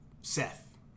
Seth